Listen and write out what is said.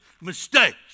mistakes